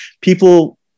people